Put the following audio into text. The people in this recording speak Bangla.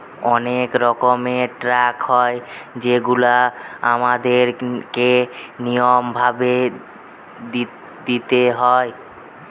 অনেক রকমের ট্যাক্স হয় যেগুলা আমাদের কে নিয়ম ভাবে দিইতে হয়